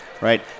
right